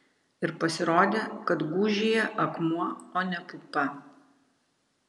ir pasirodė kad gūžyje akmuo o ne pupa